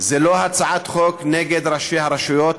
זו לא הצעת חוק נגד ראשי הרשויות,